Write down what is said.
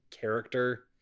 character